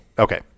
Okay